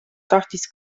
tahtis